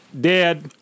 dead